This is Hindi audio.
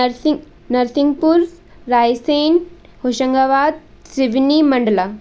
नरसिंह नरसिंहपुर रायसिंह होशंगाबाद सिवनी मण्डला